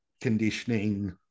conditioning